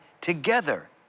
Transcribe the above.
together